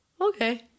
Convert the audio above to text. okay